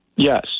Yes